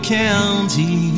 county